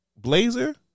Blazer